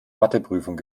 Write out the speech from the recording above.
matheprüfung